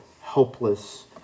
helpless